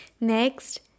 Next